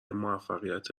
موفقیت